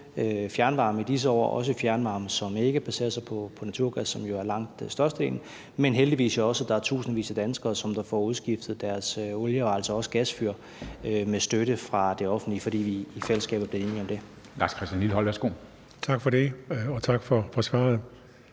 fjernvarme i disse år, også fjernvarme, der ikke baserer sig på naturgas, som jo er langt størstedelen. Men det betyder heldigvis også, at der er tusindvis af danskere, der får udskiftet deres oliefyr og jo altså også deres gasfyr med støtte fra det offentlige, fordi vi i fællesskab er blevet enige om det. Kl. 13:12 Formanden (Henrik Dam Kristensen): Lars